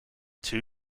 two